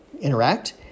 interact